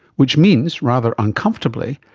which means, rather uncomfortably,